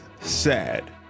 sad